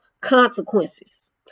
consequences